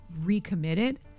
recommitted